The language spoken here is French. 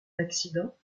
l’accident